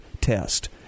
Test